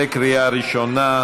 התשע"ח